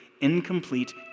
incomplete